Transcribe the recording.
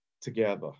together